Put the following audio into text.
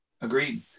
Agreed